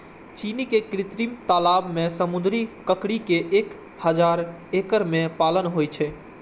चीन मे कृत्रिम तालाब मे समुद्री ककड़ी के एक हजार एकड़ मे पालन होइ छै